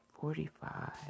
Forty-five